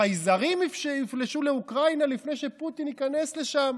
חייזרים יפלשו לאוקראינה לפני שפוטין ייכנס לשם,